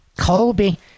Colby